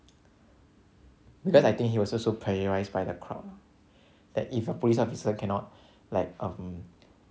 because I think he was also pressurised by the crowd lah that if a police officer cannot like um